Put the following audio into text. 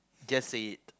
just say it